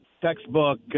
textbook